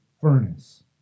furnace